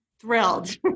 Thrilled